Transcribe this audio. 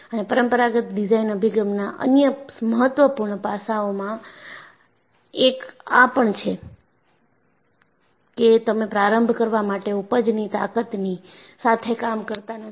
અને પરમપરાગત ડિઝાઇન અભિગમના અન્ય મહત્વપૂર્ણ પાસાઓમાં એક આ પણ છે કે તમે પ્રારંભ કરવા માટે ઊપજની તાકતની સાથે કામ કરતા નથી